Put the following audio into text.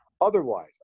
Otherwise